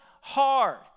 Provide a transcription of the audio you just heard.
hard